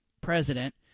president